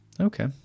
Okay